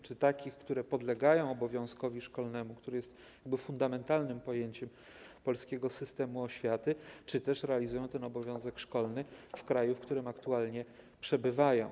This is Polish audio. Czy takich, które podlegają obowiązkowi szkolnemu, który jest fundamentalnym pojęciem polskiego systemu oświaty, czy też takich, które realizują obowiązek szkolny w kraju, w którym aktualnie przebywają?